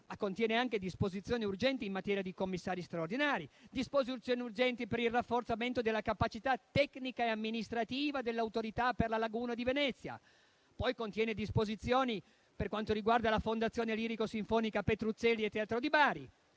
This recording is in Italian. contiene anche disposizioni urgenti in materia di commissari straordinari; disposizioni urgenti per il rafforzamento della capacità tecnica e amministrativa dell'Autorità per la laguna di Venezia; disposizioni per quanto riguarda la Fondazione lirico-sinfonica Petruzzelli e Teatri di Bari;